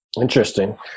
Interesting